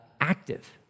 active